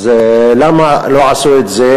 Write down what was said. אז למה לא עשו את זה